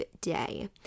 day